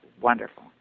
Wonderful